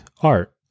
art